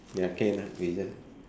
ya can lah we just